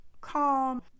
calm